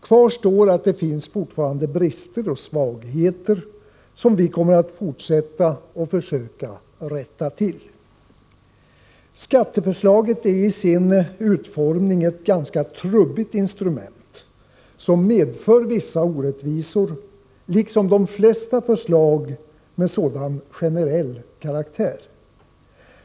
Kvar står att det fortfarande finns brister och svagheter i förslagen som vi kommer att fortsätta att försöka rätta till. Skatteförslaget är i sin utformning ett ganska trubbigt instrument som medför vissa orättvisor, liksom de flesta förslag med sådan här generell karaktär.